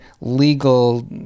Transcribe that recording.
legal